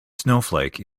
snowflake